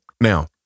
Now